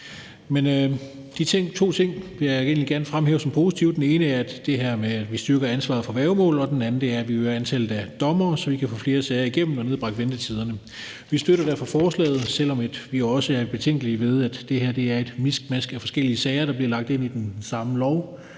De to ting vil jeg egentlig gerne fremhæve som positive. Den ene er det her med, at vi styrker ansvaret for værgemål, og den anden er, at vi øger antallet af dommere, så vi kan få flere sager igennem og få nedbragt ventetiderne. Vi støtter derfor forslaget, selv om vi også er betænkelige ved, at det her er et miskmask af forskellige sager, der bliver lagt i den samme lov,